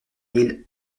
mille